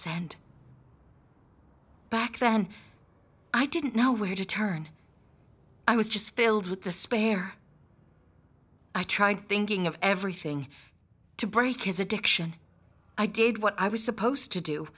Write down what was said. wits end back then i didn't know where to turn i was just filled with despair i tried thinking of everything to break his addiction i did what i was supposed to do